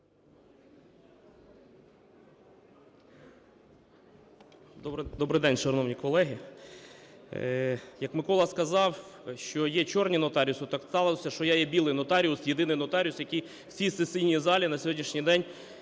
Добрий день, шановні колеги! Як Микола сказав, що є "чорні" нотаріуси, так сталося, що я є "білий" нотаріус – єдиний нотаріус, який в цій сесійній залі на сьогоднішній і